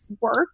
work